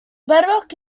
bedrock